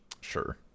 Sure